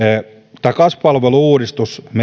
tässä kasvupalvelu uudistuksessa